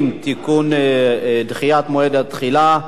20) (תיקון, דחיית מועד התחילה),